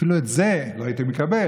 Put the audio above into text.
אותם אנשים באו וצעקו,